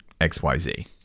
XYZ